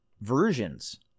versions